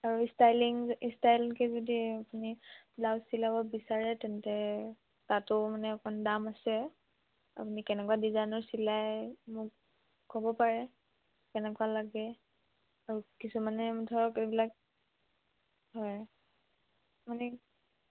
আৰু ষ্টাইলিং ষ্টাইলকৈ যদি আপুনি ব্লাুউজ চিলাব বিচাৰে তেন্তে তাতো মানে অকণমান দাম আছে আপুনি কেনেকুৱা ডিজাইনৰ চিলাই মোক ক'ব পাৰে কেনেকুৱা লাগে আৰু কিছুমানে ধৰক এইবিলাক হয় মানে